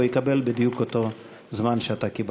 הוא יקבל בדיוק אותו זמן שאתה קיבלת.